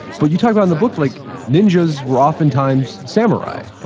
but you talk about in the book like ninjas were oftentimes samurai.